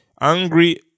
Angry